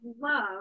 love